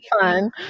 fun